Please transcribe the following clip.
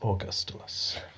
Augustulus